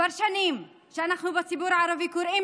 כבר שנים שאנחנו בציבור הערבי קוראים